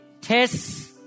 test